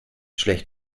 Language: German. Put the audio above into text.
schlecht